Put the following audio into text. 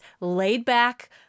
laid-back